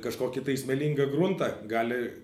kažkokį smėlingą gruntą gali